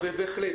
בהחלט.